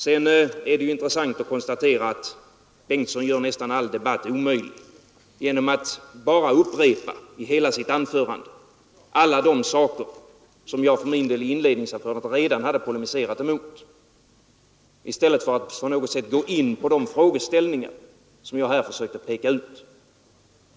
Det är vidare intressant att konstatera att Hugo Bengtsson gör nästan all debatt omöjlig genom att bara upprepa, i hela sitt anförande, alla de saker som jag för min del i inledningsanförandet redan hade polemiserat emot i stället för att på något sätt gå in på de frågeställningar som jag här försökte peka ut.